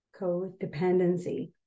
codependency